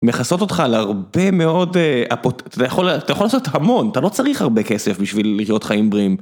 מכסות אותך על הרבה מאוד, אתה, אתה יכול לעשות המון, אתה לא צריך הרבה כסף בשביל להיות חיים בריאים.